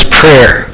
prayer